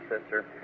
sister